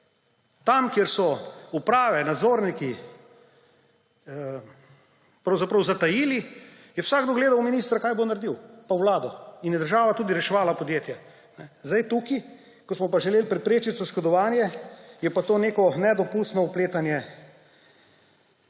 Tam, kjer so uprave, nadzorniki pravzaprav zatajili, je vsakdo gledal ministra, kaj bo naredil, pa vlado, in je država tudi reševala podjetje. Zdaj tukaj, ko smo pa želeli preprečiti oškodovanje, je pa to neko nedopustno vpletanje.